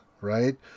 Right